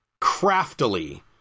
craftily